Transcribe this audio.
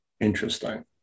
Interesting